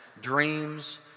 dreams